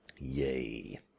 Yay